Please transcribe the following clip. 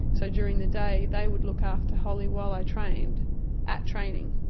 so during the day they would look after holly while i trained at training.